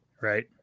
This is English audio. Right